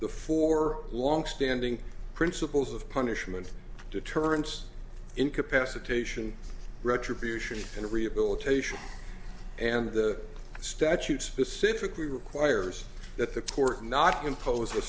the four longstanding principles of punishment deterrence incapacitation retribution and rehabilitation and the statute specifically requires that the court not impose a